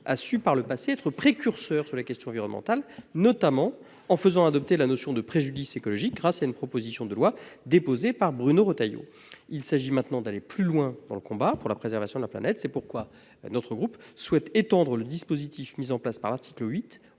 a su, par le passé, être précurseur sur les questions environnementales, notamment en faisant adopter la notion de préjudice écologique, grâce à une proposition de loi déposée par Bruno Retailleau. Il s'agit maintenant d'aller plus loin dans le combat pour la préservation de la planète. C'est pourquoi notre groupe souhaite étendre le dispositif de l'article 8